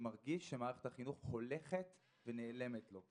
שמרגיש שמערכת החינוך הולכת ונעלמת לו.